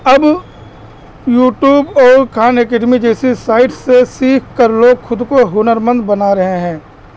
اب یوٹوب اور Khan Academy جیسی سائٹ سے سیکھ کر لوگ خود کو ہنر مند بنا رہے ہیں